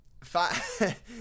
five